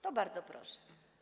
To bardzo proszę.